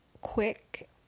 quick